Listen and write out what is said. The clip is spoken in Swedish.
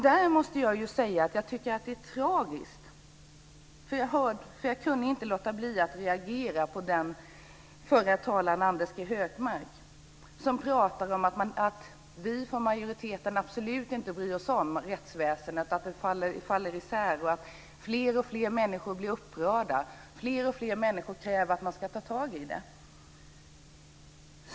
Där måste jag säga att jag tycker att det är tragiskt. Jag kunde nämligen inte låta bli att reagera på det som den förre talaren Anders G Högmark sade. Han talade om att vi från majoriteten absolut inte bryr oss om att rättsväsendet faller ihop, att fler och fler människor blir upprörda och att fler och fler människor kräver att man ska ta tag i det.